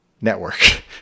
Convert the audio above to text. network